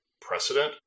precedent